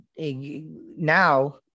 Now